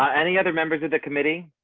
um any other members of the committee.